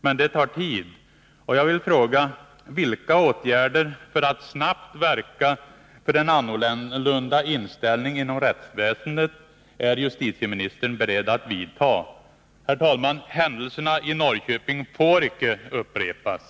Men det tar tid, och jag vill fråga: Vilka åtgärder för att snabbt verka för en annorlunda inställning inom rättsväsendet är justitieministern beredd att vidta? Herr talman! Händelserna i Norrköping får icke upprepas!